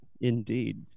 indeed